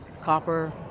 copper